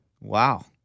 Wow